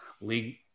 league